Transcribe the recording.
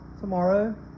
tomorrow